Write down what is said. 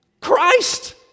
Christ